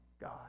God